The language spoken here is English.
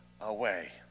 away